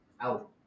out